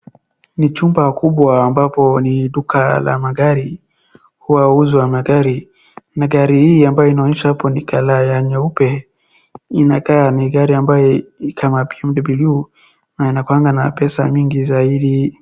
Ni chumba kubwa ambapo ni duka la magari, huauzwa magari, na gari hii ambayo inaonyeshwa hapa ni colour ya nyeupe inakaa ni gari ambayo iko na kiwango cha juu na anakuanaga na pesa nyingi zaidi.